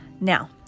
now